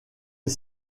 est